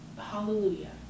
hallelujah